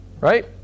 Right